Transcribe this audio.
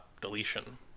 deletion